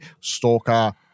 Stalker